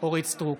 אורית מלכה סטרוק,